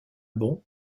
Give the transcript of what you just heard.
bond